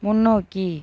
முன்னோக்கி